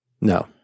No